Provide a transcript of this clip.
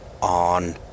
on